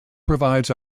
provides